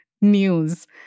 news